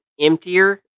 emptier